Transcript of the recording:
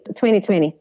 2020